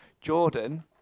Jordan